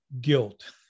guilt